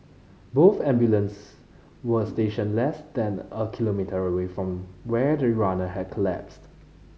both ambulances were stationed less than a kilometre away from where the runner had collapsed